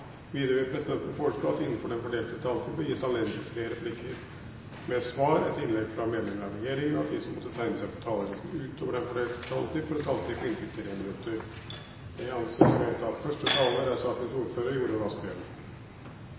Videre vil presidenten foreslå at det blir gitt anledning til fem replikker med svar etter innlegg fra medlemmer av regjeringen innenfor den fordelte taletid, og at de som måtte tegne seg på talerlisten utover den fordelte taletid, får en taletid på inntil 3 minutter. – Det anses vedtatt.